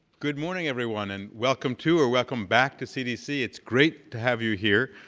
good morning everyone and welcome to or welcome back to cdc, it's great to have you here,